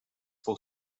for